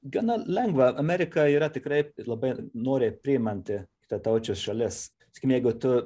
gana lengva amerika yra tikrai ir labai noriai priimanti kitataučius šalis sakykim jeigu tu